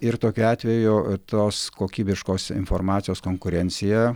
ir tokiu atveju tos kokybiškos informacijos konkurencija